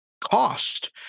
cost